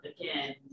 again